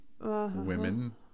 women